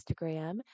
Instagram